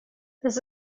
this